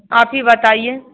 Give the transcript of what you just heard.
आप ही बताइए